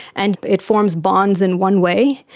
and it forms bonds in one way,